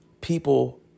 people